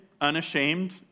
unashamed